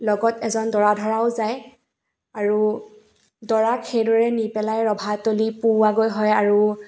লগত এজন দৰা ধৰাও যায় আৰু দৰাক সেইদৰে নি পেলাই ৰভাতলি পোওৱাগৈ হয় আৰু